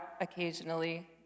occasionally